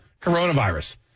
coronavirus